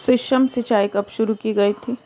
सूक्ष्म सिंचाई कब शुरू की गई थी?